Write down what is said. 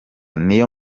niyo